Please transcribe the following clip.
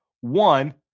One